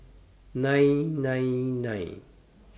nine nine nine